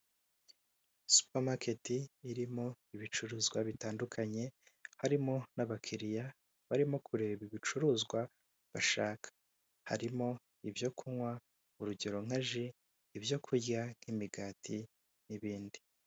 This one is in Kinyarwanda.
Supamaketi irimo ibicuruzwa bitandukanye, harimo n'abakiriya barimo kureba ibicuruzwa bashaka harimo ibyo kunywa urugero nka ji, ibyo kurya, nk'imigati n'ibindi.